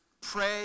pray